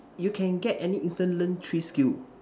you can get any instant learn three skill